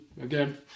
again